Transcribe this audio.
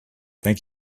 thank